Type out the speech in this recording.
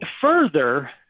Further